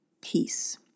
peace